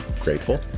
grateful